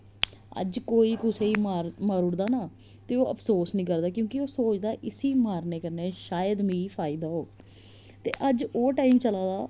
अज्ज कोई कुसै ई मारू ओड़दा ना ते ओह् अफसोस निं करदा क्योंकि ओह् सोचदा इसी मारने कन्नै शायद मिगी फायदा होग ते ते अज्ज ओह् टाइम चला दा